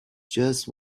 just